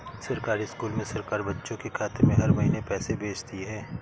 सरकारी स्कूल में सरकार बच्चों के खाते में हर महीने पैसे भेजती है